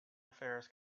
affairs